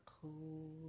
cool